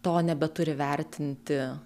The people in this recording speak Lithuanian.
to nebeturi vertinti